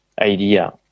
idea